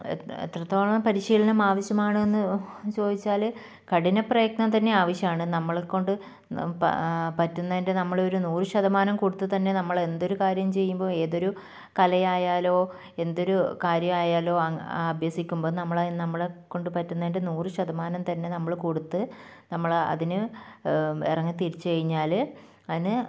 എത്രത്തോളം പരിശീലനം ആവശ്യമാണെന്ന് ചോദിച്ചാൽ കഠിനപ്രയത്നം തന്നെ ആവശ്യമാണ് നമ്മളെക്കൊണ്ട് പറ്റുന്നതിൻ്റെ നമ്മൾ ഒരു നൂറ് ശതമാനം കൊടുത്ത് തന്നെ നമ്മൾ എന്തൊരു കാര്യം ചെയ്യുമ്പോൾ ഏതൊരു കലയായാലോ എന്തൊരു കാര്യം ആയാലോ അ അഭ്യസിക്കുമ്പോൾ നമ്മൾ നമ്മളെ കൊണ്ട് പറ്റുന്നതിൻ്റെ നൂറ് ശതമാനം തന്നെ നമ്മൾ കൊടുത്ത് നമ്മൾ അതിന് ഇറങ്ങി തിരിച്ചു കഴിഞ്ഞാൽ അതിന്